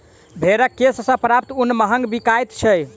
भेंड़क केश सॅ प्राप्त ऊन महग बिकाइत छै